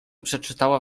przeczytała